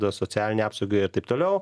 socialinė apsauga ir taip toliau